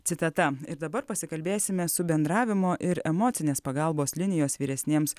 citata ir dabar pasikalbėsime su bendravimo ir emocinės pagalbos linijos vyresniems